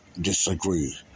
disagree